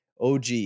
OG